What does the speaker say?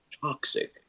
toxic